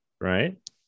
right